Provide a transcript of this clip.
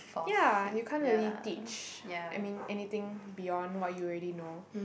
ya you can't really teach I mean anything beyond what you already know